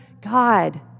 God